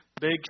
big